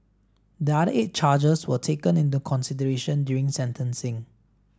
the other eight charges were taken into consideration during sentencing